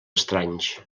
estranys